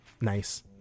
nice